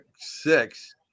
six